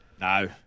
No